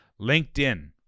LinkedIn